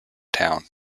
town